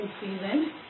season